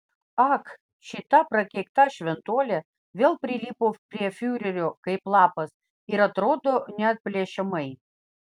ak šita prakeikta šventuolė vėl prilipo prie fiurerio kaip lapas ir atrodo neatplėšiamai